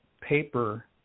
paper